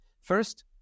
first